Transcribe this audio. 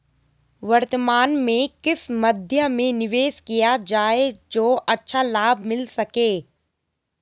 वर्तमान में किस मध्य में निवेश किया जाए जो अच्छा लाभ मिल सके?